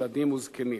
ילדים וזקנים.